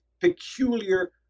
peculiar